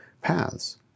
paths